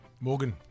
Morgan